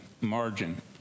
margin